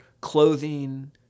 clothing